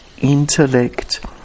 intellect